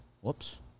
Whoops